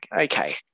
okay